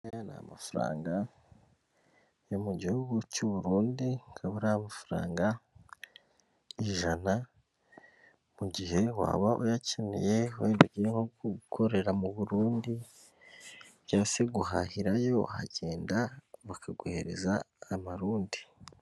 Aya ni amafaranga yo mu gihugu cy'u Burundi akaba ari amafaranga ijana, mu gihe waba uyakeneye wenda ugiye nko gukorera mu Burundi cyangwa se guhahirayo wagenda bakaguhereza amarundi.